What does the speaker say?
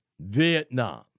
Vietnam